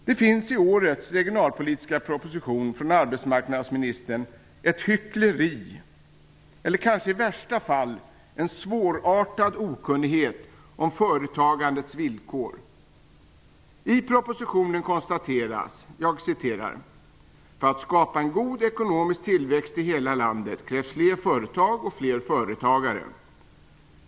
Det finns i årets regionalpolitiska proposition från arbetsmarknadsministern ett hyckleri, eller kanske i värsta fall en svårartad okunnighet om företagandets villkor. I propositionen konstateras: "För att skapa en god ekonomisk tillväxt i hela landet krävs fler företag och fler företagare.